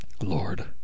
Lord